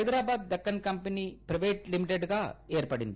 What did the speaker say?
Hyderabad Deccan company private లిమిటెడ్గా ఏర్పడింది